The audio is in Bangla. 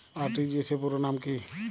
আর.টি.জি.এস র পুরো নাম কি?